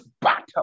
battle